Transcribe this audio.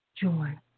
joy